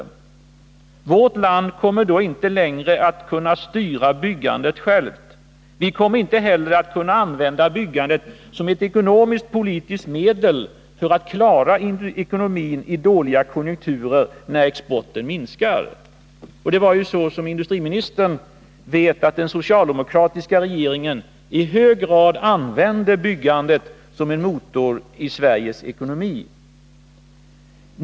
Vi kommer då inte längre att kunna styra byggandet själva. Vi kommer inte heller att kunna använda byggandet som ett ekonomisk-politiskt medel för att klara ekonomin i dåliga konjunkturer när exporten minskar. Som industriministern vet använde den socialdemokratiska regeringen i hög grad byggandet som en motor i Sveriges ekonomi.